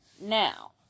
Now